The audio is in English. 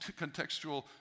contextual